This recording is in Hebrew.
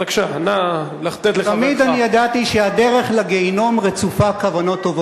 תן שלוש דקות שקט כדי שנשמע את אורבך.